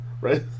Right